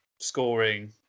scoring